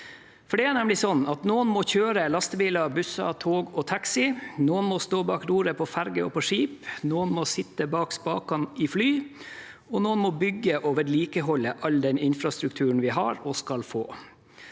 det. Det er nemlig slik at noen må kjøre lastebiler, busser, tog og taxi, noen må stå bak roret på ferjer og på skip, noen må sitte bak spakene i fly, og noen må bygge og vedlikeholde all den infrastrukturen vi har og skal få.